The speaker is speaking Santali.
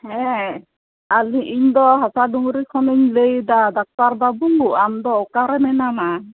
ᱦᱮᱸ ᱟᱫᱚ ᱤᱧ ᱫᱚ ᱦᱟᱥᱟ ᱰᱩᱝᱨᱤ ᱠᱷᱚᱱᱤᱧ ᱞᱟᱹᱭ ᱮᱫᱟ ᱰᱟᱠᱛᱟᱨ ᱵᱟᱹᱵᱩ ᱟᱢ ᱫᱚ ᱚᱠᱟ ᱨᱮ ᱢᱮᱱᱟᱢᱟ